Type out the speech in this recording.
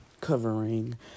covering